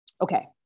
Okay